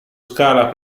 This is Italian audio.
scala